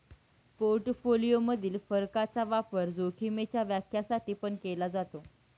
portfolio मधील फरकाचा वापर जोखीमीच्या व्याख्या साठी पण केला जातो